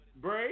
break